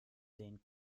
den